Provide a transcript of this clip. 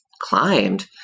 climbed